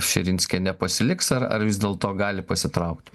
širinskienė pasiliks ar ar vis dėlto gali pasitraukt